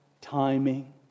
timing